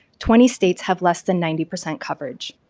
twenty states have less than ninety percent coverage.